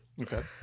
Okay